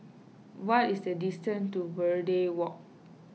what is the distance to Verde Walk